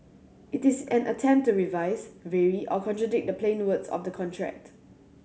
it is an attempt to revise vary or contradict the plain words of the contract